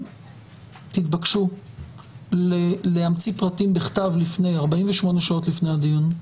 תתבקשו להמציא פרטים בכתב 48 שעות לפני הדיון.